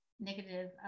negative